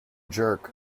jerk